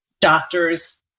doctors